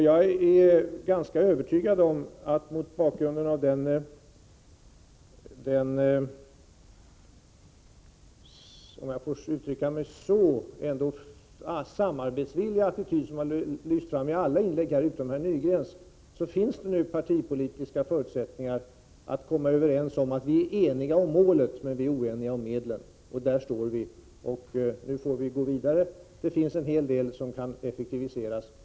Jag är ganska övertygad om att mot bakgrund av den — om jag får uttrycka mig så — samarbetsvilliga attityd som har lyst fram i alla inlägg utom i herr Nygrens finns det nu partipolitiska förutsättningar för att komma överens om att vi är eniga om målet men oeniga om medlen. Där står vi, och nu får vi gå vidare. Det finns en hel del som kan effektiviseras.